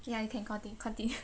ya you can conti~ continue